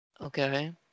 Okay